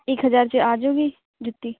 ਇੱਕ ਹਜ਼ਾਰ 'ਚ ਆਜੂਗੀ ਜੁੱਤੀ